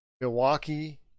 Milwaukee